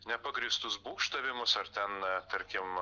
nepagrįstus būgštavimus ar ten tarkim